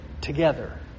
together